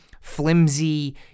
flimsy